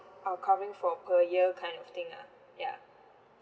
are coming for per year kind of thing lah ya